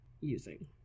using